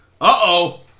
Uh-oh